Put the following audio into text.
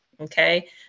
okay